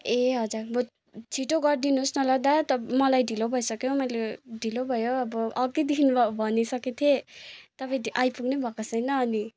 ए हजुर बुत् छिटो गरिदिनुहोस् न ल दादा तप् मलाई ढिलो भइसक्यो मैले ढिलो भयो अब अघिदेखिन् भनिसकेको थिएँ तपाईँ आइपुग्नै भएको छैन अनि